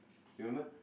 remember